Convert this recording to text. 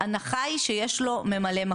ההנחה היא שיש לו ממלא מקום.